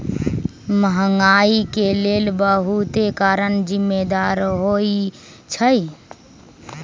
महंगाई के लेल बहुते कारन जिम्मेदार होइ छइ